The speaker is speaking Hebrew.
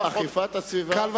חוק של אכיפה סביבתית,